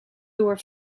door